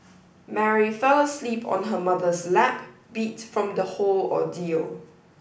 Mary fell asleep on her mother's lap beat from the whole ordeal